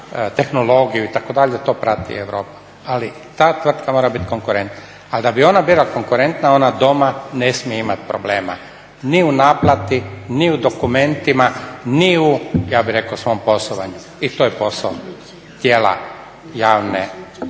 tehnologiju itd. to prati Europa, ali ta tvrtka mora biti konkurentan. Ali da bi ona bila konkurentna ona doma ne smije imati problema, ni u naplati, ni u dokumentima, ni u ja bih rekao svom poslovanju. I to je posao tijela javne